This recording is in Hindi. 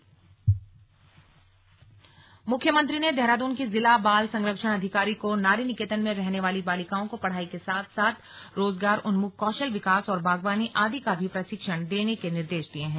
स्लग नारी निकेतन मुख्यमंत्री ने देहरादून की जिला बाल संरक्षण अधिकारी को नारी निकेतन में रहने वाली बालिकाओं को पढ़ाई के साथ साथ रोजगार उन्मुख कौशल विकास और बागवानी आदि का भी प्रशिक्षण देने के निर्देश दिये हैं